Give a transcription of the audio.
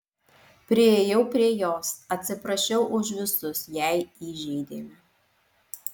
priėjau prie jos atsiprašiau už visus jei įžeidėme